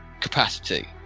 capacity